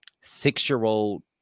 six-year-old